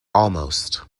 almost